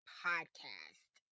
podcast